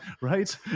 right